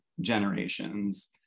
generations